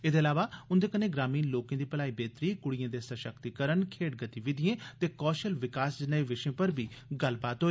एदे इलावा उन्दे कन्नै ग्रामीण लोकें दी भलाई बेहतरी क्ड़ियें दे सशक्तिकरण खेड्ड गतिविधियें ते कौशल विकास जनेए विषयें पर गल्लबात होई